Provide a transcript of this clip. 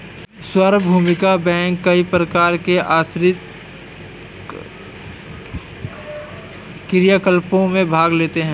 सार्वभौमिक बैंक कई प्रकार के आर्थिक क्रियाकलापों में भाग लेता है